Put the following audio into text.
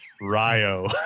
rio